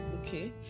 okay